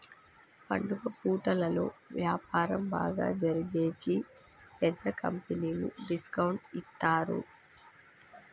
పండుగ పూటలలో వ్యాపారం బాగా జరిగేకి పెద్ద కంపెనీలు డిస్కౌంట్ ఇత్తారు